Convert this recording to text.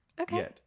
Okay